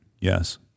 Yes